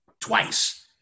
twice